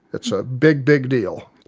it's a big, big deal.